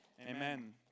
Amen